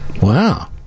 Wow